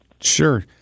Sure